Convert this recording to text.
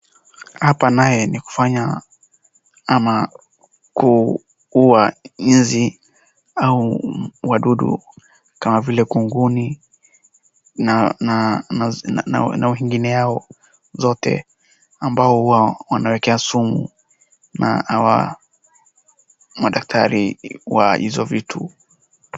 Hapa naye ni kufanya ama kuua nzi au wadudu kama vile kunguni na wengine yao zote, ambao huwa wanawekea sumu na hawa madaktari kwa hizo vitu.